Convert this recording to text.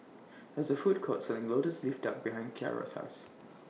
There IS A Food Court Selling Lotus Leaf Duck behind Ciarra's House